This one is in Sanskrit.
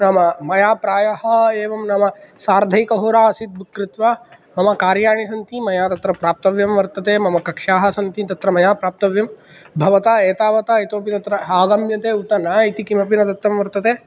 नाम मया प्रायः एवं नाम सार्धैकहोरा आसीत् बुक् कृत्वा मम कार्याणि सन्ति मया तत्र प्राप्तव्यं वर्तते मम कक्षाः सन्ति तत्र मया प्राप्तव्यं भवतः एतावता इतोऽपि तत्र आगम्यते उत न इति किमपि न दत्तं वर्तते